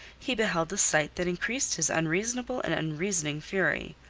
he beheld a sight that increased his unreasonable and unreasoning fury.